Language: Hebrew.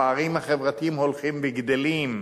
הפערים החברתיים הולכים וגדלים.